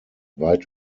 weit